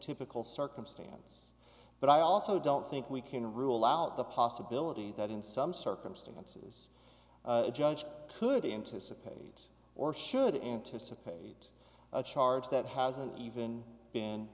typical circumstance but i also don't think we can rule out the possibility that in some circumstances a judge could anticipate or should anticipate a charge that hasn't even been